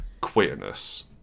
queerness